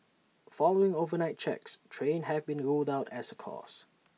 following overnight checks trains have been ruled out as A cause